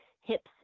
hips